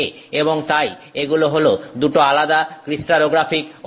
এবং তাই এগুলো হলো দুটো আলাদা ক্রিস্টালোগ্রাফিক অভিমুখ